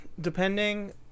depending